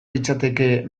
litzateke